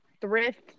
thrift